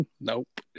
Nope